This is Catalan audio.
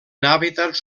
hàbitats